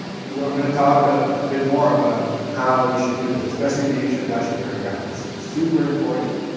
i'm going to talk a ah bit more about how you should do this, especially the introduction paragraph is super important.